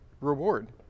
reward